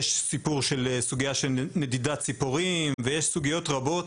יש סוגיה של נדידת ציפורים ויש סוגיות רבות